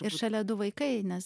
ir šalia du vaikai nes